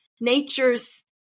nature's